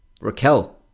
Raquel